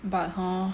but hor